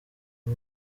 uri